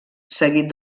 seguit